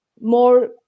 more